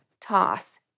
Toss